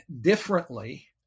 differently